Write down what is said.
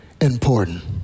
important